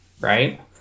right